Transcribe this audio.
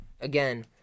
Again